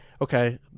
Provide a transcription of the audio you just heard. okay